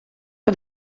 che